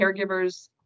caregivers